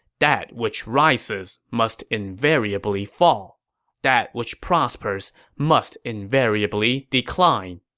that which rises must invariably fall that which prospers must invariably decline.